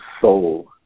soul